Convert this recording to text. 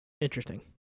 Interesting